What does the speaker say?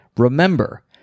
Remember